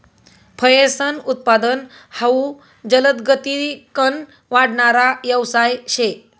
फयेसनं उत्पादन हाउ जलदगतीकन वाढणारा यवसाय शे